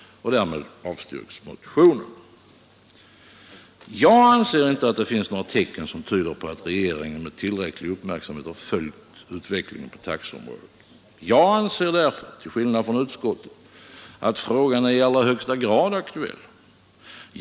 Och därmed avstyrks motionen. Jag anser inte att det finns några tecken som tyder på att regeringen med tillräcklig uppmärksamhet följt utvecklingen på taxeområdet. Jag anser därför, till skillnad från utskottet, att frågan är i allra högsta grad aktuell.